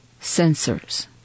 sensors